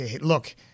look